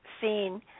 seen